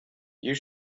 you